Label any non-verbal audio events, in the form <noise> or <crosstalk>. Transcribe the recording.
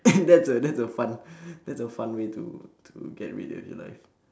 <coughs> that's a that's a fun <breath> that's a fun way to to get rid of your life